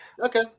Okay